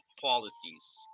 policies